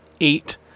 eight